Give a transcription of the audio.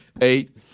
eight